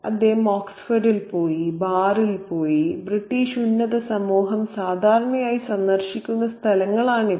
അദ്ദേഹം ഓക്സ്ഫോർഡിൽ പോയി ബാറിൽ പോയി ബ്രിട്ടീഷ് ഉന്നത സമൂഹം സാധാരണയായി സന്ദർശിക്കുന്ന സ്ഥലങ്ങളാണിവ